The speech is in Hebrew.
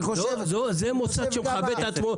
זה מוסד שמכבד את עצמו,